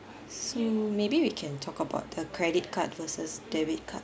so maybe we can talk about the credit card versus debit card